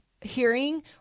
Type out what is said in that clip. hearing